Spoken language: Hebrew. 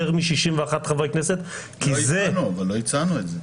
מ-61 חברי כנסת כי זה --- אבל לא הצענו את זה.